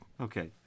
Okay